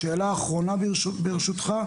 השאלה האחרונה ברשותך,